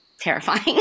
terrifying